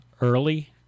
early